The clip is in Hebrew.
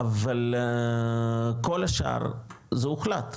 אבל כל השאר זה הוחלט,